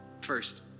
first